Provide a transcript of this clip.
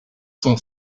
son